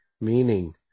meaning